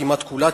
כמעט כולה,